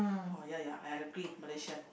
oh ya ya I agree Malaysia